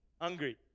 Hungry